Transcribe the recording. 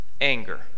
anger